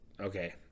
okay